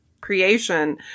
creation